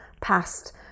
past